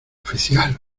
oficial